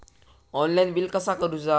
Online bill कसा करुचा?